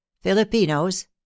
Filipinos—